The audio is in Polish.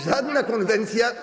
Żadna konwencja.